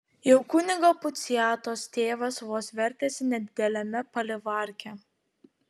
jau kunigo puciatos tėvas vos vertėsi nedideliame palivarke